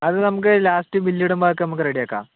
അത് നമുക്ക് last bill ഇടുമ്പോൾ ഒക്കെ നമുക്ക് റെഡിയാക്കാം